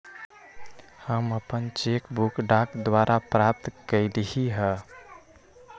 हम अपन cheque book डाक द्वारा प्राप्त कईली ह